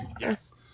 Yes